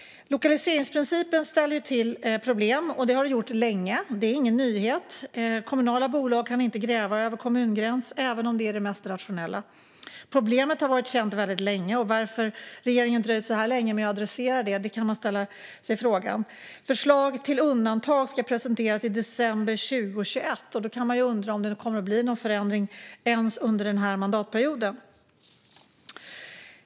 Lokaliseringsprincipen ställer till problem, och det har den gjort länge - detta är ingen nyhet. Kommunala bolag kan inte gräva över kommungränsen även om det är det mest rationella. Problemet har varit känt väldigt länge, och man kan fråga sig varför regeringen har dröjt så länge med att adressera det. Förslag till undantag ska presenteras i december 2021. Då kan man ju undra om det kommer att bli någon förändring ens under den här mandatperioden.